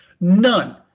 none